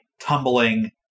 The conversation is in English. tumbling